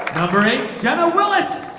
number eight jenna willis